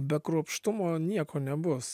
be kruopštumo nieko nebus